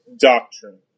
doctrine